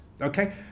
Okay